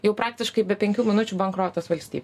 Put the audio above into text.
jau praktiškai be penkių minučių bankrotas valstybei